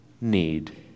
need